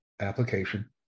application